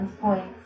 points